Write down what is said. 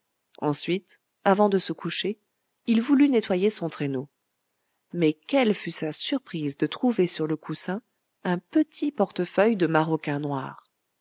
ensuite avant de se coucher il voulut nettoyer son traîneau mais quelle fut sa surprise de trouver sur le coussin un petit portefeuille de maroquin noir